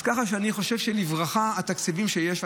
כך שאני חושב שזה לברכה, התקציבים שיש.